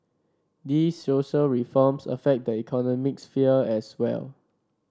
these social reforms affect the economic sphere as well